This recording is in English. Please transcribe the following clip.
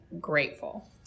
grateful